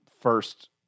first